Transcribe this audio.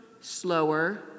slower